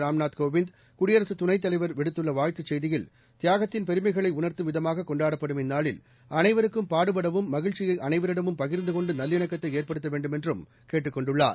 ராம்நாத் கோவிந்த் விடுத்துள்ள வாழ்த்துச் செய்தியில் தியாகத்தின் பெருமைகளை உணர்த்தும் விதமாக கொண்டாடப்படும் இந்நாளில் அனைவருக்கும் பாடுபடவும் மகிழ்ச்சியை அனைவரிடமும் பகிர்ந்து கொண்டு நல்லினக்கத்தை ஏற்படுத்த வேண்டுமென்றும் கேட்டுக் கொண்டுள்ளார்